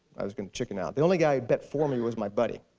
i was going to chicken out. the only guy who'd bet for me was my buddy.